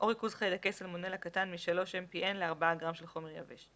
או ריכוז חיידקי סלמונלה קטן מ-3 MPN לארבעה גרם של חומר יבש".